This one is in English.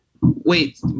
Wait